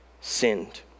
sinned